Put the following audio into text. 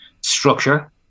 structure